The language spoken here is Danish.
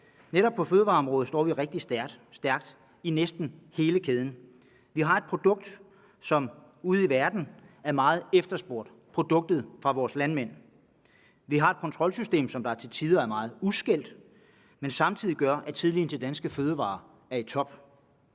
Netop på fødevareområdet står vi rigtig stærkt i næsten hele kæden. Vi har et produkt, som ude i verden er meget efterspurgt – produktet fra vores landmænd. Vi har et kontrolsystem, som til tider er meget udskældt, men som samtidig gør, at tilliden til danske fødevarer er i top.